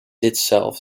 itself